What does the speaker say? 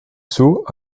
saut